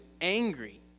angry